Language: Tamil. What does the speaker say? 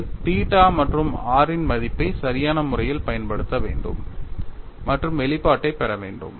நீங்கள் தீட்டா மற்றும் r வின் மதிப்பை சரியான முறையில் பயன்படுத்த வேண்டும் மற்றும் வெளிப்பாட்டைப் பெற வேண்டும்